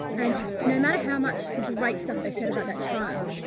and no matter how much great stuff they said about that child,